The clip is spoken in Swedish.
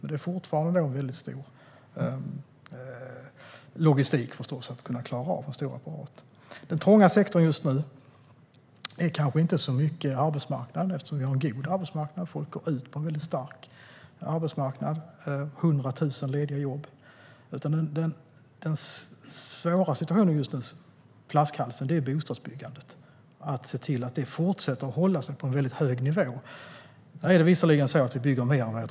Men det är fortfarande stor logistik, en stor apparat, att klara av. Den trånga sektorn just nu är inte arbetsmarknaden. Vi har en god arbetsmarknad. Folk går ut på en stark arbetsmarknad där det finns 100 000 lediga jobb. Den svåra situationen just nu, flaskhalsen, är bostadsbyggandet och att se till att det fortsätter vara på en hög nivå. Det byggs visserligen mer än på 40 år.